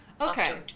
Okay